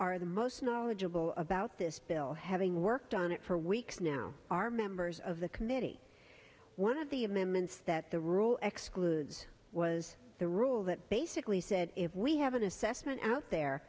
are the most knowledgeable about this bill having worked on it for weeks now are members of the committee one of the amendments that the rule excludes was the rule that basically said if we have an assessment out there